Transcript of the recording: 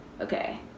Okay